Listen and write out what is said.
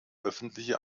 öffentliche